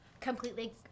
Completely